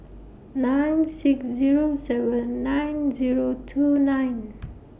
nine six Zero seven nine Zero two nine